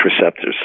receptors